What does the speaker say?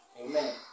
Amen